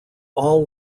all